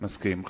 מסכים.